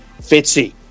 Fitzy